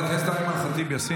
תסתכל במראה.